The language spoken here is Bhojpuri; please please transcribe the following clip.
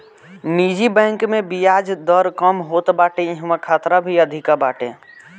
निजी बैंक में बियाज दर कम होत बाटे इहवा खतरा भी अधिका बाटे